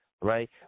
right